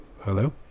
Hello